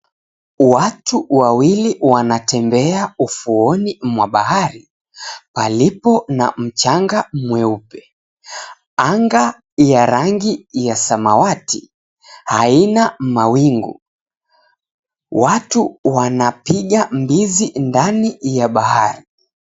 Watu wawili wanatembea ufuoni mwa bahari alipo na mchanga mweupe, anga ya rangi ya samawati haina mawingu. Watu wanapiga mbizi ndani ya bahari.